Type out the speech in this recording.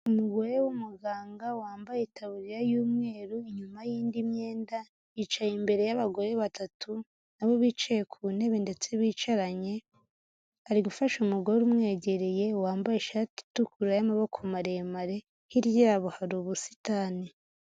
Umugore w'umuganga wambaye itaburiya y'umweru inyuma y'indi myenda, yicaye imbere y'abagore batatu nabo bicaye ku ntebe ndetse bicaranye, ari gufasha umugore umwegereye wambaye ishati itukura y'amaboko maremare, hirya hari ubusitani.